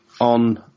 on